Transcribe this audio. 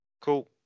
cool